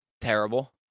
Terrible